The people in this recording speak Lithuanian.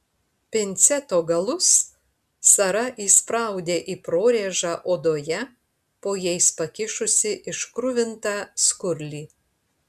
pinceto galus sara įspraudė į prorėžą odoje po jais pakišusi iškruvintą skurlį